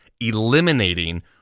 eliminating